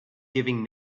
giving